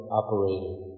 operating